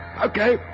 Okay